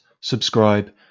subscribe